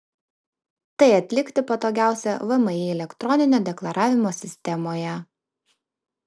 tai atlikti patogiausia vmi elektroninio deklaravimo sistemoje